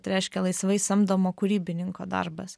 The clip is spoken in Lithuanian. tai reiškia laisvai samdomo kūrybininko darbas